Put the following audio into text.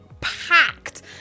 packed